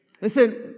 listen